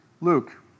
Luke